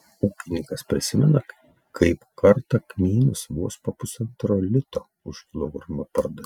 ūkininkas prisimena kaip kartą kmynus vos po pusantro lito už kilogramą pardavė